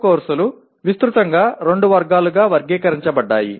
core కోర్సులు విస్తృతంగా రెండు వర్గాలుగా వర్గీకరించబడ్డాయి